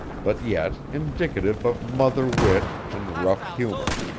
but yet indicative of mother wit and rough humor.